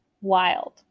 Wild